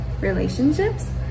relationships